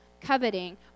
coveting